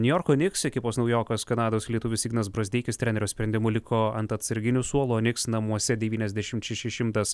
niujorko niks ekipos naujokas kanados lietuvis ignas brazdeikis trenerio sprendimu liko ant atsarginių suolo niks namuose devyniasdešimt šeši šimtas